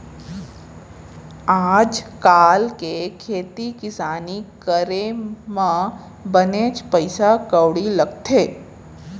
आज काल के खेती किसानी करे म बनेच पइसा कउड़ी लगथे